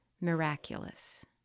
miraculous